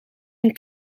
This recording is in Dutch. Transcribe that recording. een